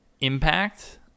impact